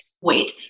wait